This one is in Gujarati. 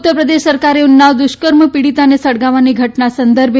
ઉત્તરપ્રદેશ સરકારે ઉન્નાવ દુષ્કર્મ પીડિતાને સળગાવવાની ઘટના સંદર્ભે